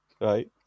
right